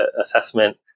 assessment